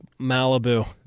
Malibu